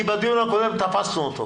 זה בדיוק מה שאתה מציע.